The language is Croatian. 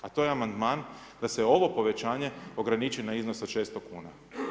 A to je amandman da se ovo povećanje ograniči na iznos od 600 kuna.